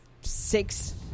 six